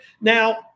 Now